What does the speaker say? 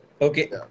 Okay